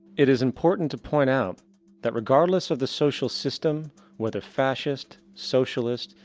it is important to point out that regardless of the social system whether fascist, socialist,